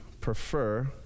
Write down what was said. prefer